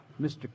Mr